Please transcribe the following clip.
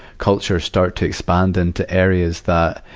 culture start to expand into areas that,